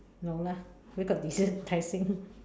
no lah where got dessert Tai-Seng